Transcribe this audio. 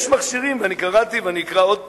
יש מכשירים, ואני קראתי ואני אקרא עוד פעם.